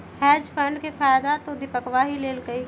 hedge fund के फायदा तो दीपकवा ही लेल कई है